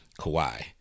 Kawhi